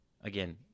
again